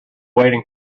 waiting